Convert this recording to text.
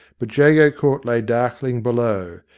but jago court lay darkling below,